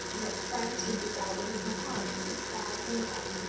and that france would be guided in her policy by england.